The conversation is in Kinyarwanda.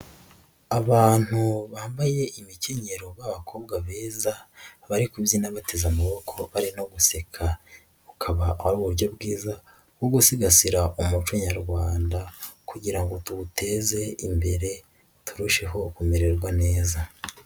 Abantu bambaye imikenyero b'abakobwa beza, bari kubyina bateze amaboko, bari no guseka, akaba uburyo bwiza bwo gusigasira umuco nyarwanda kugira ngo tuwuteze imbere, turusheho kumererwa neza.